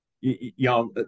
y'all